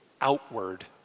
outward